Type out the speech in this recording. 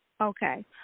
Okay